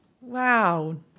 Wow